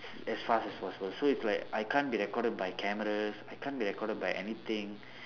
as fast as possible so it's like I can't be recorded by cameras I can't be record by anything